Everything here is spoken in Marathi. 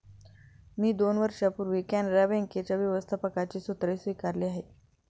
मी दोन वर्षांपूर्वी कॅनरा बँकेच्या व्यवस्थापकपदाची सूत्रे स्वीकारली आहेत